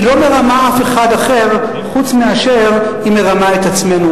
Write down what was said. לא מרמה אף אחד אחר חוץ מאשר את עצמנו.